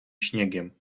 śniegiem